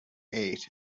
ate